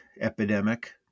epidemic